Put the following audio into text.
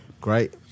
Great